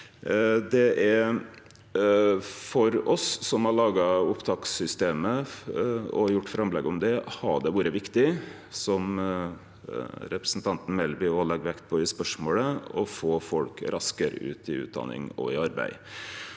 For oss som har laga opptakssystemet og gjort framlegg om det, har det vore viktig – som representanten Melby òg legg vekt på i spørsmålet – å få folk raskare ut i utdanning og arbeid.